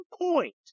point